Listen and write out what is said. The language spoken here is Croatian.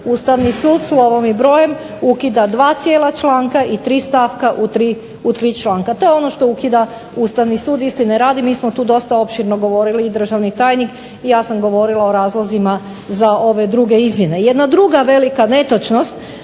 Ustavni sud slovom i brojem ukida dva cijela članka i tri stavka u tri članka. To je ono što ukida Ustavni sud. Istine radi mi smo tu dosta opširno govorili i državni tajnik i ja sam govorila o razlozima za ove druge izmjene. Jedna druga velika netočnost,